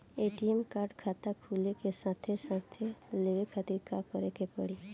ATM card खाता खुले के साथे साथ लेवे खातिर का करे के पड़ी?